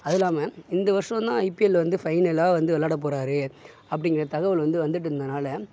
அதுல்லாமல் இந்த வர்ஷம் தான் ஐபிஎல் வந்து ஃபைனலாக வந்து விளாட போறார் அப்படீங்குற தகவல் வந்து வந்துட்டிருந்ததுனால